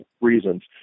reasons